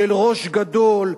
של ראש גדול,